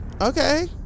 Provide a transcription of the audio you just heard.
Okay